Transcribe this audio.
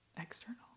external